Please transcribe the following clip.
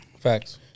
Facts